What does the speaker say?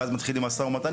ואז מתחילים משא ומתן.